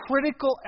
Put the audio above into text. critical